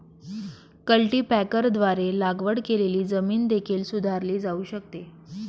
कल्टीपॅकरद्वारे लागवड केलेली जमीन देखील सुधारली जाऊ शकते